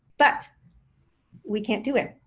but we can't do it.